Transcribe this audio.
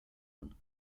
ano